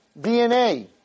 DNA